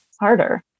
harder